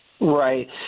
Right